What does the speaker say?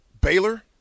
Baylor